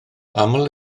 aml